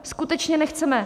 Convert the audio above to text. Skutečně nechceme!